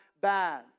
bad